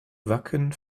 wacken